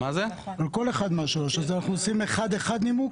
אז אנחנו עושים אחד-אחד נימוק?